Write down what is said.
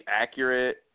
accurate